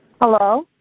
Hello